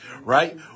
Right